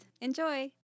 Enjoy